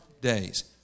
days